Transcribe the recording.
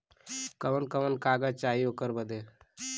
कवन कवन कागज चाही ओकर बदे?